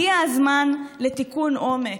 הגיע הזמן לתיקון עומק.